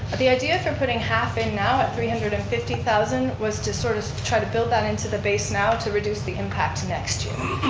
but the idea for putting half in now at three hundred and fifty thousand was to sort of try to build that into the base now to reduce the impact next year.